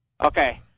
Okay